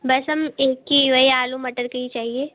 बस हमें एक ही वही आलू मटर की चाहिए